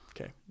Okay